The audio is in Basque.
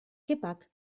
kepak